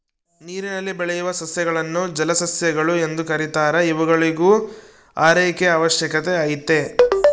ನೀರಿನಲ್ಲಿ ಬೆಳೆಯುವ ಸಸ್ಯಗಳನ್ನು ಜಲಸಸ್ಯಗಳು ಎಂದು ಕೆರೀತಾರ ಇವುಗಳಿಗೂ ಆರೈಕೆಯ ಅವಶ್ಯಕತೆ ಐತೆ